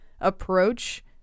approach